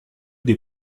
des